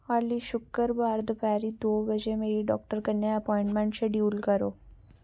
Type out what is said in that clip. आली शुक्रबार दपैह्री दो बजे मेरे डाक्टर कन्नै ऐपाइंटमैंट शड्यूल करो